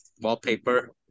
wallpaper